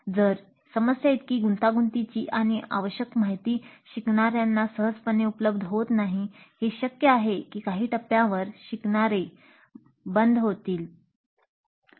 जर समस्या इतकी गुंतागुंतीची आणि आवश्यक माहिती शिकणाऱ्यांना सहजपणे उपलब्ध होत नाही हे शक्य आहे की काही टप्प्यावर शिकणारे बंद होतील